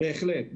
בהחלט.